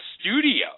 studio